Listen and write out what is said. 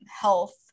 health